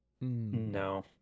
No